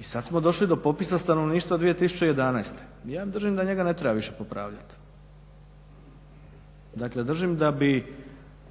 I sad smo došli do popisa stanovništva 2011. Ja držim da njega ne treba više popravljati. Dakle, držim da bi